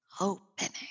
opening